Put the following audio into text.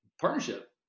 partnership